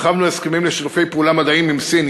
הרחבנו הסכמים לשיתופי פעולה מדעיים עם סין,